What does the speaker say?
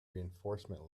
reinforcement